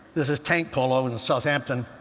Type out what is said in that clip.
this is tank polo in the south hamptons.